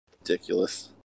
ridiculous